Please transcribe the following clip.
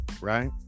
right